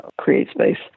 CreateSpace